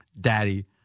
Daddy